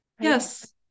yes